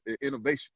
innovation